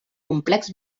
complex